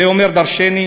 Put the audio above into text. זה אומר דורשני.